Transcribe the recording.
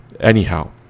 anyhow